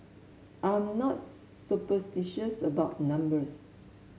I'm not superstitious about numbers